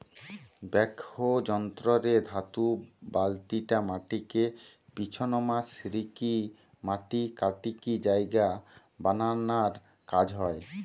backhoe যন্ত্র রে ধাতু বালতিটা মাটিকে পিছনমা সরিকি মাটি কাটিকি জায়গা বানানার কাজ হয়